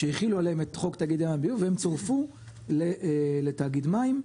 שהחילו עליהן את חוק תאגידי המים והביוב והן צורפו לתאגיד מים.